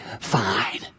fine